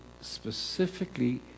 specifically